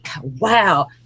wow